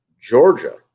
georgia